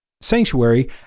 sanctuary